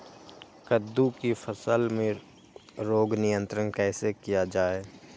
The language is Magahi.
कददु की फसल में रोग नियंत्रण कैसे किया जाए?